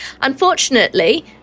unfortunately